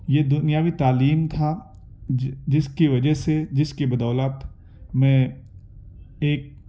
یہ دنیاوی تعلیم تھا جس کی وجہ سے جس کی بدولت میں ایک